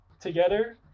together